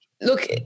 Look